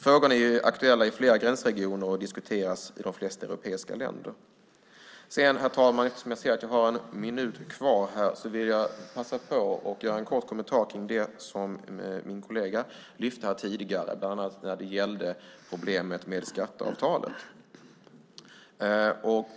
Frågorna är ju aktuella i flera gränsregioner och diskuteras i de flesta europeiska länder. Herr talman! Eftersom jag ser att jag har en minut på mig vill jag passa på att ge en kort kommentar till det som min kollega lyfte fram här tidigare, bland annat problemet med skatteavtalet.